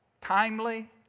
timely